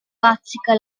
bazzica